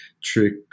Trick